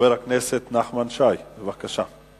חבר הכנסת נחמן שי, בבקשה.